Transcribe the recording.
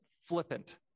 flippant